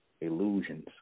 illusions